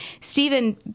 Stephen